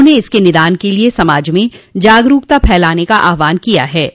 उन्होंने इसके निदान के लिए समाज में जागरूकता फैलाने का आहवान किया है